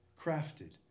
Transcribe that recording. crafted